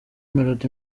melody